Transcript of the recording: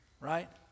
right